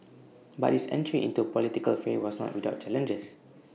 but his entry into the political fray was not without challenges